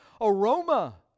aroma